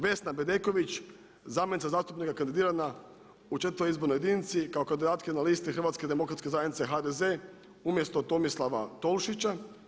Vesna Bedeković zamjenica zastupnika kandidirana u četvrtoj izbornoj jedinici kao kandidatkinja na listi Hrvatske demokratske zajednice HDZ umjesto Tomislava Tolušića.